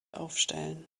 aufstellen